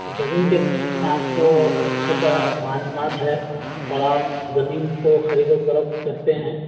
زمین کے بار میں آپ کو اچھا تر معلومات ہے اور آپ زمین کو خرید و فروقت کرتے ہیں